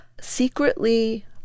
secretly